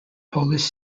polish